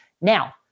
now